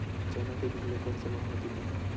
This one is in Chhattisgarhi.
चना के बीज ल कोन से माह म दीही?